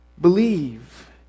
believe